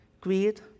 greed